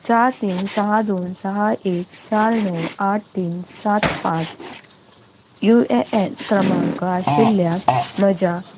चार तीन सहा दोन सहा एक चार णव आठ तीन सात पांच यु ए एन क्रमांक आशिल्ल्या म्हज्या